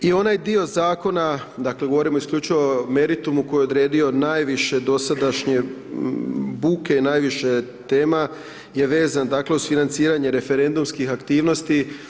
I onaj dio zakona, dakle govorimo isključivo o meritumu koji je odredio najviše dosadašnje buke, najviše tema je vezan dakle uz financiranje referendumskih aktivnosti.